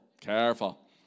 careful